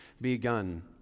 begun